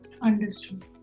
understood